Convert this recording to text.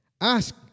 Ask